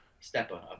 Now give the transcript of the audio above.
Stepper